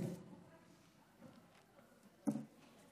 אני שוקל להפריד ביניכם, עובדי סיעת